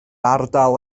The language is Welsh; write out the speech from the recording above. ardal